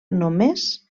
només